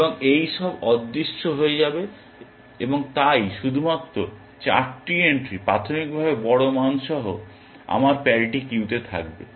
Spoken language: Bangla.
এবং এই সব অদৃশ্য হয়ে যাবে এবং তাই শুধুমাত্র 4টি এন্ট্রি প্রাথমিকভাবে বড় মান সহ আমার প্যারিটি কিউতে থাকবে